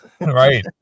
Right